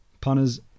Punters